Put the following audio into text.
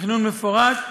תכנון מפורט,